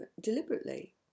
deliberately